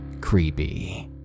creepy